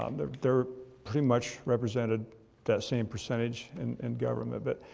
um they're they're pretty much represented that same percentage and in government, but